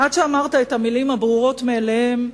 עד שאמרת את המלים הברורות מאליהן,